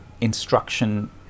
instruction